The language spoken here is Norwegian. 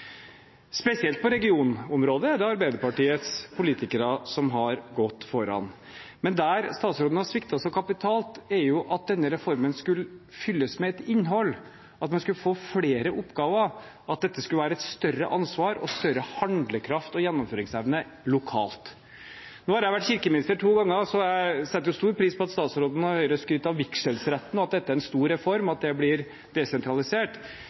Spesielt på regionområdet er det Arbeiderpartiets politikere som har gått foran. Men der statsråden har sviktet så kapitalt, er at denne reformen skulle fylles med et innhold, at man skulle få flere oppgaver, større ansvar og større handlekraft og gjennomføringsevne lokalt. Nå har jeg vært kirkeminister to ganger, så jeg setter stor pris på at statsråden og Høyre skryter av vigselsretten og at dette er en stor reform, og at det blir desentralisert.